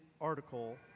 article